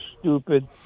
stupid